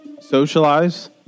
socialize